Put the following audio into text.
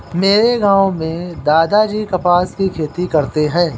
मेरे गांव में दादाजी कपास की खेती करते हैं